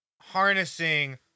harnessing